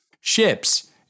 Ships